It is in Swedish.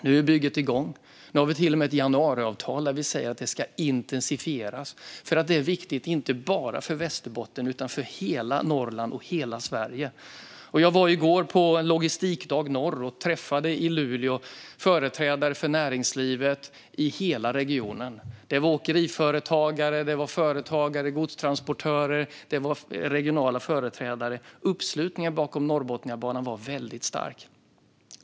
Nu är bygget igång. Nu har vi till och med ett januariavtal där vi säger att det ska intensifieras, för det är viktigt inte bara för Västerbotten utan för hela Norrland och hela Sverige. Jag var i går på Logistikdag Norr och träffade i Luleå företrädare för näringslivet i hela regionen. Det var åkeriföretagare, godstransportörer och regionala företrädare. Uppslutningen bakom Norrbotniabanan var väldigt stark.